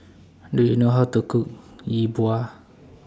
Do YOU know How to Cook Yi Bua